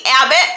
Abbott